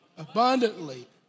Abundantly